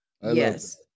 Yes